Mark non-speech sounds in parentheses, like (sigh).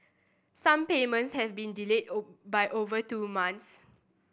some payments have been delayed (unintelligible) by over two months